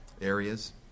areas